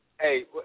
Hey